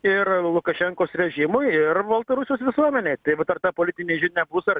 ir lukašenkos režimui ir baltarusijos visuomenei tai vat ar ta politinė žinia bus